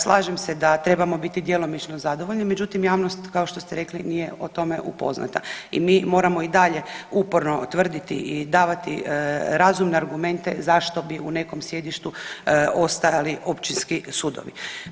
Slažem se da trebamo biti djelomično zadovoljni, međutim javnost kao što ste rekli nije o tome upoznata i mi moramo i dalje uporno tvrditi i davati razumne argumente zašto bi u nekom sjedištu ostajali općinski sudovi.